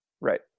Right